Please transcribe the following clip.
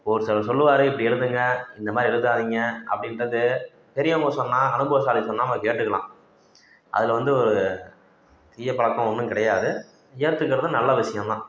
ஒரு சிலர் சொல்லுவார் இப்படி எழுதுங்க இந்தமாதிரி எழுதாதீங்க அப்படின்றது பெரியவங்கள் சொன்னால் அனுபவசாலி சொன்னால் நம்ம கேட்டுக்கலாம் அதில் வந்து தீய பழக்கம் ஒன்றும் கிடையாது ஏற்றுக்கறது நல்ல விஷயம் தான்